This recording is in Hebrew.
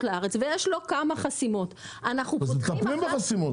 לארץ ויש לו כמה חסימות- - אז מטפלים בחסימות,